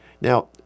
Now